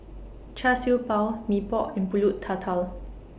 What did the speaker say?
Char Siew Bao Mee Pok and Pulut Tatal